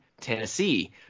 Tennessee